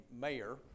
mayor